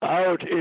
out